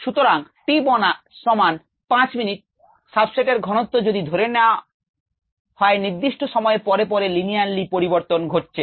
সুতরাং t সমান 5 minute substrate এর ঘনত্ব যদি ধরে না হয় নির্দিষ্ট সময় পরে পরে linearly পরিবর্তন ঘটছে